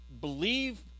believe